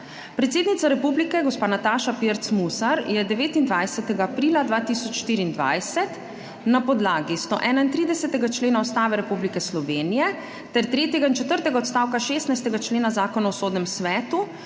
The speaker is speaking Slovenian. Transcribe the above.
Predsednica republike gospa Nataša Pirc Musar je 29. aprila 2024 na podlagi 131. člena Ustave Republike Slovenije ter tretjega in četrtega odstavka 16. člena Zakona o Sodnem svetu